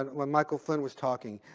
and when michael flynn was talking.